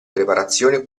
preparazione